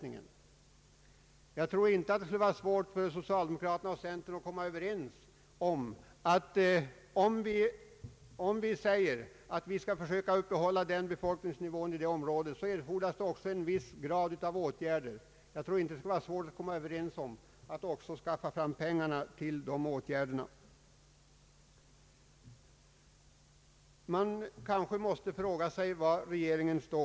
Skall vi försöka uppehålla en viss befolkningsnivå, fordras det också åtgärder, och jag tror inte att det skulle vara svårt för socialdemokraterna och centern att komma Överens om att skaffa fram pengar till detta. Man måste fråga sig var regeringen står.